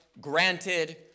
granted